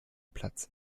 platz